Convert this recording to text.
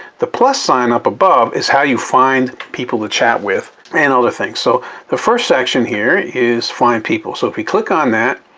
the sign up above is how you find people to chat with and other things, so the first section here is find people. so if we click on that,